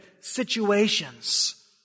situations